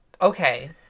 Okay